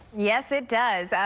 yes, it does.